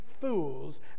fools